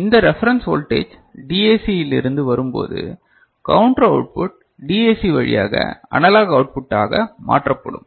இந்த reference voltage DAC இலிருந்து வரும் போது கவுண்டர் அவுட் புட் DAC வழியாக அனலாக் அவுட்புட்டாக மாற்றப்படும்